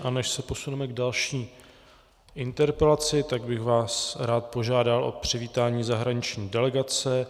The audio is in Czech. A než se posuneme k další interpelaci, tak bych vás rád požádal o přivítání zahraniční delegace.